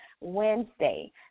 Wednesday